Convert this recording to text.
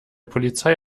polizei